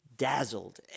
Dazzled